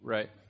Right